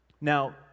Now